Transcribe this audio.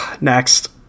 Next